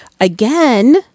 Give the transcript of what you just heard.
again